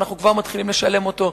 ואנחנו כבר מתחילים לשלם אותו,